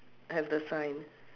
at the sign